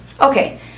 Okay